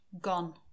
Gone